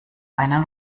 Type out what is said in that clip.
einen